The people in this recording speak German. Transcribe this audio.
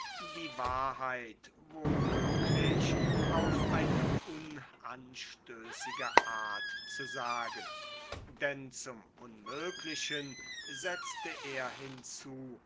die wahrheit wo möglich auf eine unanstößige art zu sagen denn zum unmöglichen setzte er hinzu